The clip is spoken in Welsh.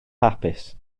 hapus